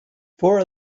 four